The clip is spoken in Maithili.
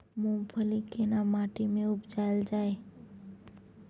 मूंगफली केना माटी में उपजायल जाय?